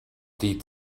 die